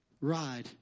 ride